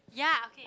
ya okay